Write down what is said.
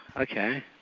okay